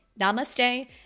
namaste